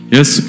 Yes